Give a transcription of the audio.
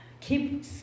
Keep